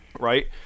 right